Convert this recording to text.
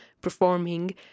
performing